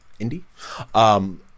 Indie